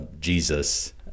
Jesus